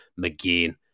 McGinn